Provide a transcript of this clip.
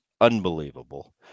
unbelievable